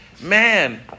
man